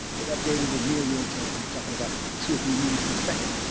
it updated in near real time. we're talking about two or three meters per second,